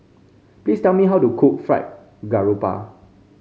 please tell me how to cook Fried Garoupa